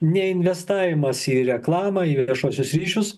neinvestavimas į reklamą į viešuosius ryšius